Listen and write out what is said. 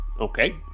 Okay